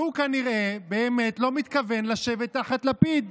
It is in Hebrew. והוא כנראה באמת לא מתכוון לשבת תחת לפיד,